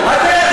בגזענות.